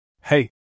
Hey